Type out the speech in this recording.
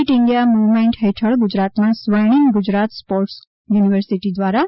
fit India movement હેઠળ ગુજરાતમાં Swarnim Gujarat sports university દ્વારા તા